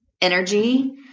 energy